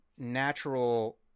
natural